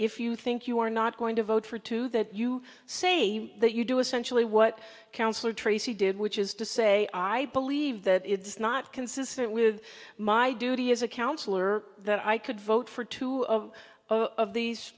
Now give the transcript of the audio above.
if you think you are not going to vote for to that you say that you do essentially what counselor tracey did which is to say i believe that it's not consistent with my duty as a counselor that i could vote for two of these